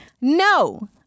no